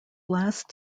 last